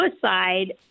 suicide